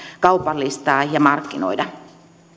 kaupallistaa ja markkinoida